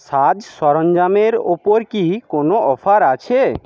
সাজ সরঞ্জামের ওপর কি কোনও আছে